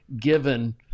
given